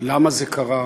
למה זה קרה,